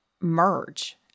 merge